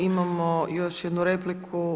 Imamo još jednu repliku.